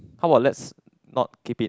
how about let's not keep it